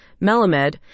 Melamed